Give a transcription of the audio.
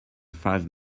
five